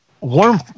warm